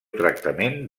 tractament